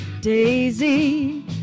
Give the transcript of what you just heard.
Daisy